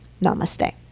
Namaste